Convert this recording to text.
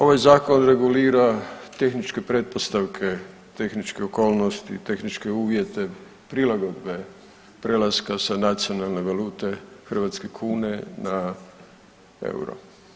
Ovaj Zakon regulira tehničke pretpostavke, tehničke okolnosti, tehničke uvjete, prilagodbe prelaska sa nacionalne valute, hrvatske kune na euro.